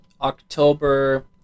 October